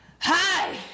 Hi